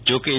જો કે ઈ